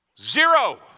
Zero